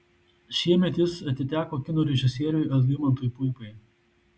šiemet jis atiteko kino režisieriui algimantui puipai